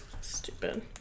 Stupid